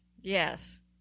Yes